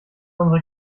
unsere